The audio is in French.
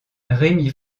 rémi